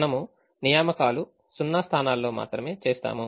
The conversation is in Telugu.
మనము నియామకాలు సున్నా స్థానాల్లో మాత్రమే చేస్తాము